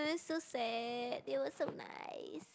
[wah] that's so sad they were so nice